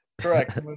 Correct